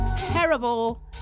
Terrible